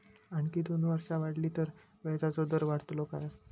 आणखी दोन वर्षा वाढली तर व्याजाचो दर वाढतलो काय?